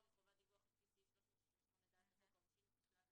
מחובת דיווח לפי סעיף 368ד לחוק העונשין,